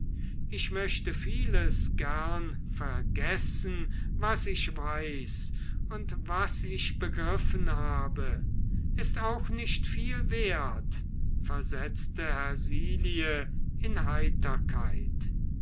ich machte vieles gern vergessen was ich weiß und was ich begriffen habe ist auch nicht viel wert versetzte hersilie in heiterkeit